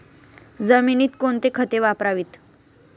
जमिनीत कोणती खते वापरावीत?